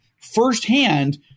firsthand